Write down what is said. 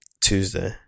Tuesday